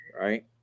right